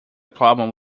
problem